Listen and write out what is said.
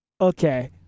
Okay